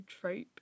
trope